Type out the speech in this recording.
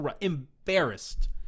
embarrassed